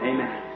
Amen